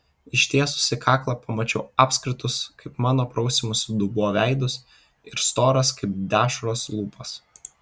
ištiesusi kaklą pamačiau apskritus kaip mano prausimosi dubuo veidus ir storas kaip dešros lūpas